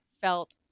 felt